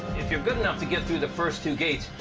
if you're good enough to get through the first two gates,